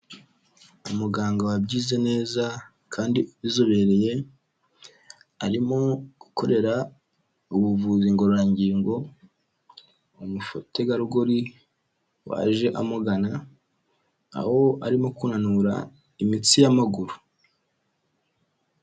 Umuganga wabyize neza kandi ubizobereye, arimo gukorera ubuvuzi ngorangingo umutegarugori waje amugana, aho arimo kunanura imitsi y'amaguru.